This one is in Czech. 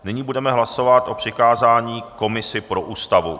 Nyní budeme hlasovat o přikázání komisi pro Ústavu.